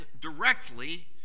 directly